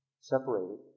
separated